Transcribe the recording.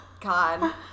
God